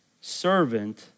servant